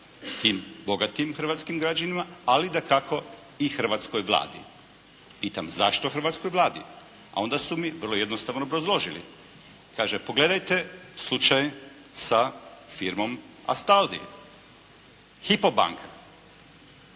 tim bogatim hrvatskim građanima ali dakako i hrvatskoj Vladi. Pitam zašto hrvatskoj Vladi, a onda su mi vrlo jednostavno obrazložili. Kaže pogledajte slučaj sa firmom Astaldi, Hypo banka,